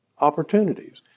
opportunities